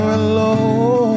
alone